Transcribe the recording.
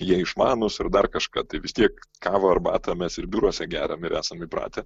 jie išmanūs ir dar kažką tai vis tiek kavą arbatą mes ir biuruose geriam ir esam įpratę